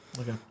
Okay